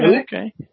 Okay